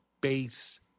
Base